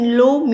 low